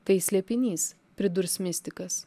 tai slėpinys pridurs mistikas